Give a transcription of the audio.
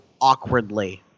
awkwardly